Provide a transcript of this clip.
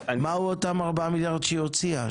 מה הוא אותם 4 מיליארד שהיא הוציאה?